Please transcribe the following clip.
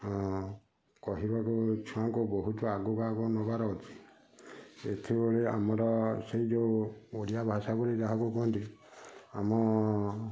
ହଁ କହିବାକୁ ଛୁଆଙ୍କୁ ବହୁତୁ ଆଗକୁ ଆଗକୁ ନେବାର ଅଛି ସେଥିଭଳି ଆମର ସେଇ ଯେଉଁ ଓଡ଼ିଆ ଭାଷା ବୋଲି ଯାହାକୁ କୁହନ୍ତି ଆମ